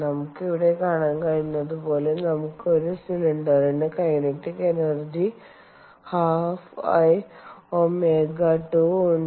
നമുക്ക് ഇവിടെ കാണാൻ കഴിയുന്നത് പോലെ നമുക്ക് ഒരു സിലിണ്ടറിനു കൈനറ്റിക് എനർജി 12 I ω2 ഉണ്ട്